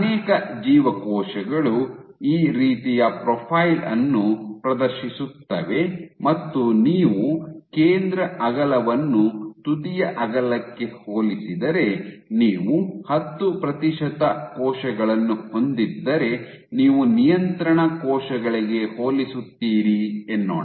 ಅನೇಕ ಜೀವಕೋಶಗಳು ಈ ರೀತಿಯ ಪ್ರೊಫೈಲ್ ಅನ್ನು ಪ್ರದರ್ಶಿಸುತ್ತವೆ ಮತ್ತು ನೀವು ಕೇಂದ್ರ ಅಗಲವನ್ನು ತುದಿಯ ಅಗಲಕ್ಕೆ ಹೋಲಿಸಿದರೆ ನೀವು ಹತ್ತು ಪ್ರತಿಶತ ಕೋಶಗಳನ್ನು ಹೊಂದಿದ್ದರೆ ನೀವು ನಿಯಂತ್ರಣ ಕೋಶಗಳಿಗೆ ಹೋಲಿಸುತ್ತೀರಿ ಎನ್ನೋಣ